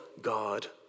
God